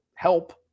Help